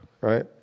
right